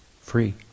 Free